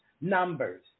numbers